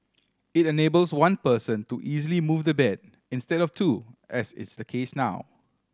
it enables one person to easily move the bed instead of two as is the case now